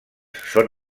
són